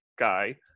guy